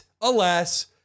alas